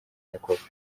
nyakubahwa